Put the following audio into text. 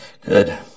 Good